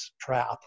trap